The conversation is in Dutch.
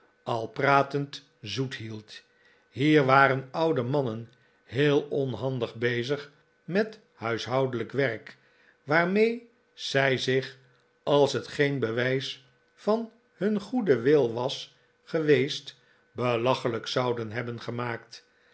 al pratend zoet hield hier waren oude mannen heel onhandig bezig met huishoudelijk werk waarmee zij zich als het geen bewijs van hun goeden wil was geweest belaehelijk zouden hebben gemaakt